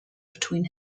between